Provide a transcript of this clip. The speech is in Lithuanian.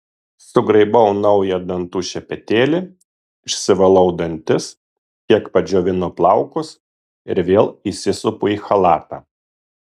sugraibau naują dantų šepetėlį išsivalau dantis kiek padžiovinu plaukus ir vėl įsisupu į chalatą